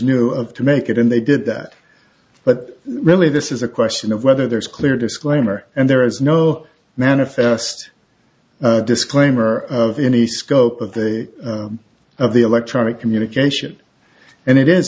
of to make it and they did that but really this is a question of whether there's clear disclaimer and there is no manifest disclaimer of any scope of the of the electronic communication and it is